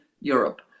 Europe